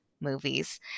movies